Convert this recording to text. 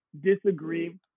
disagree